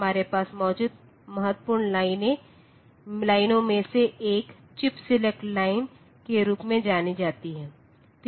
हमारे पास मौजूद महत्वपूर्ण लाइनों में से एक चिप सेलेक्ट लाइन के रूप में जानी जाती है